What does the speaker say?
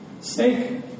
snake